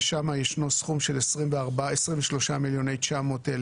ששם יש סכום של 23.900 מיליון שקלים.